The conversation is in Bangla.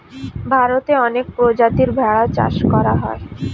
ভারতে অনেক প্রজাতির ভেড়া চাষ করা হয়